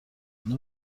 اونا